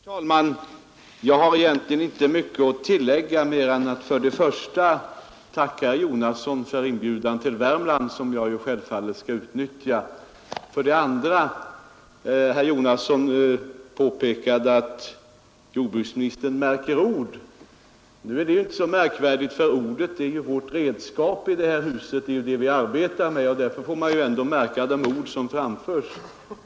Herr talman! Jag har egentligen inte mycket mer att tillägga än att för det första tacka herr Jonasson för hans inbjudan till Värmland, som jag självfallet skall utnyttja. För det andra vill jag med anledning av att herr Jonasson påstod att jag märker ord säga, att detta väl inte är så underligt, eftersom ord ju är det redskap vi arbetar med i detta hus. Då får man ju också märka de ord som framförs.